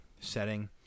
setting